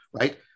right